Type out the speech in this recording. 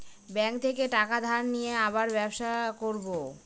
bank থেকে টাকা ধার নিয়ে আবার ব্যবসা করবো